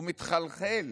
הוא מתחלחל